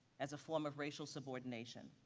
as a form of racial subordination.